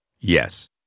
yes